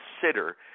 consider